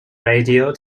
radio